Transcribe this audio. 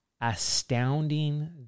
astounding